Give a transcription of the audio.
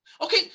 Okay